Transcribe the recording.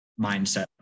mindset